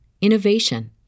innovation